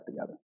together